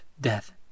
death